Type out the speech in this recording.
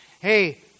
Hey